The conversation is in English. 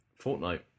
Fortnite